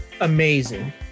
amazing